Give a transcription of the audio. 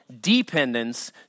dependence